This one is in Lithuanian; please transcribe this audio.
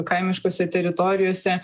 kaimiškose teritorijose